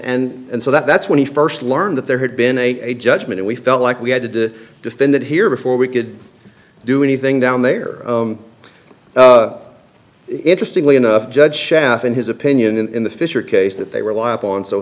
and and so that's when he first learned that there had been a judgment and we felt like we had to defend that here before we could do anything down there interestingly enough judge schaff in his opinion in the fisher case that they rely upon so